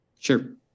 Sure